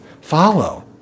follow